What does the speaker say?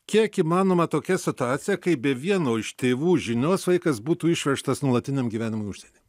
kiek įmanoma tokia situacija kai be vieno iš tėvų žinios vaikas būtų išvežtas nuolatiniam gyvenimui užsieny